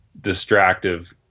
distractive